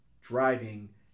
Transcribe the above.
driving